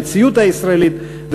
המציאות הישראלית,